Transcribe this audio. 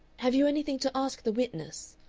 have you anything to ask the witness?